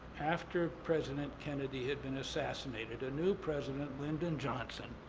after president kennedy had been assassinated, a new president, lyndon johnson,